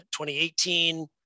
2018